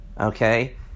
okay